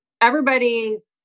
everybody's